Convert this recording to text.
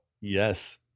Yes